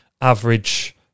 average